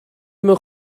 mewn